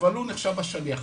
אבל הוא נחשב השליח.